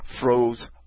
froze